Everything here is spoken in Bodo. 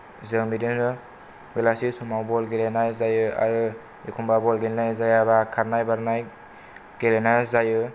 जों बिदिनो बेलासे समाव बल गेलेनाय जायो आरो एखनब्ला बल गेलेनाय जायाबा खारनाय बारनाय गेलेनाय जायो